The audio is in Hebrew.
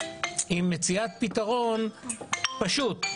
עם מציאת פתרון פשוט.